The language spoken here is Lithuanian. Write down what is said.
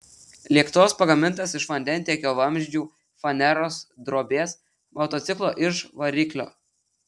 lėktuvas pagamintas iš vandentiekio vamzdžių faneros drobės motociklo iž variklio